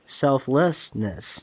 selflessness